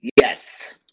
Yes